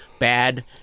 Bad